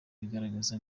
bigaragaza